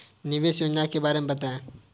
निवेश योजना के बारे में बताएँ?